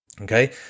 okay